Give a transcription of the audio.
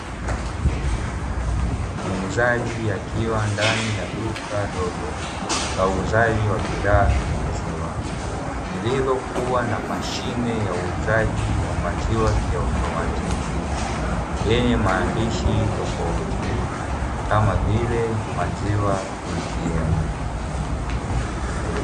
Muuzaji akiwa ndani ya duka dogo, la uuzaji wa bidhaa za maziwa. Lililokuwa na mashine ya uuzaji wa maziwa kiautomatiki, yenye maandishi tofauti kama vile maziwa ATM.